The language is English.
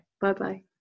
bye-bye